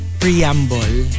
preamble